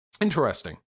Interesting